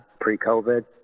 pre-COVID